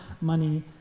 money